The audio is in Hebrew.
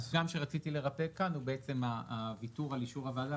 הפגם שרציתי לרפא כאן הוא הוויתור על אישור הוועדה,